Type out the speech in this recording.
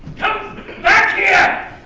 come back here.